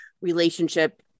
relationship